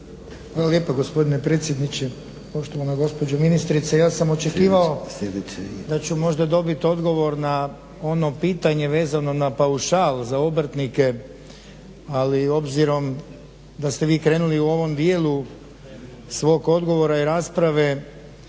Hvala lijepo gospodine predsjedniče. Poštovana gospođo ministrice. Ja sam očekivao da ću možda dobiti odgovor na ono pitanje vezano na paušal za obrtnike, ali obzirom da ste vi krenuli u ovom dijelu svog odgovora i rasprave